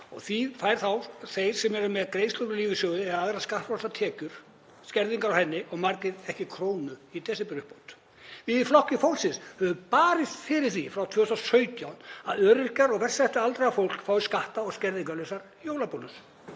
og því fá þeir sem eru með greiðslur úr lífeyrissjóði eða aðra skattfrjálsar tekjur skerðingar á henni og margir fá ekki krónu í desemberuppbót. Við í Flokki fólksins höfum barist fyrir því frá 2017 að öryrkjar og verst setta aldraða fólkið fái skatta- og skerðingarlausan jólabónus.